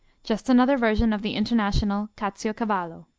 just another version of the international caciocavallo.